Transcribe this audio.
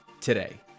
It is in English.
today